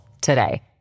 today